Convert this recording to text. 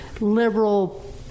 liberal